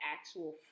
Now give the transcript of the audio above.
actual